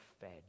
fed